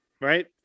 right